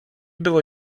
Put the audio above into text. było